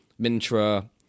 Mintra